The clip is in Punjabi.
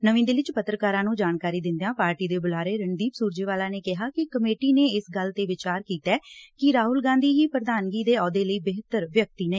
ਨਵੀ ਦਿੱਲੀ 'ਚ ਪੱਤਰਕਾਰਾਂ ਨੂੰ ਜਾਣਕਾਰੀ ਦਿੱਦਿਆਂ ਪਾਰਟੀ ਦੇ ਬੁਲਾਰੇ ਰਣਦੀਪ ਸੁਰਜੇਵਾਲਾ ਨੇ ਕਿਹਾ ਕਿ ਕਮੇਟੀ ਨੇ ਇਸ ਗੱਲ ਤੇ ਵਿਚਾਰ ਕੀਤੈ ਕਿ ਰਾਹੁਲ ਗਾਂਧੀ ਦੀ ਪ੍ਰਧਾਨਗੀ ਦੇ ਅਹੁਦੇ ਲਈ ਬਿਹਤਰ ਵਿਅਕਤੀ ਨੇ